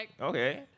Okay